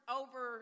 over